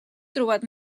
trobat